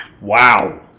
Wow